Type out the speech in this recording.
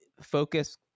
focus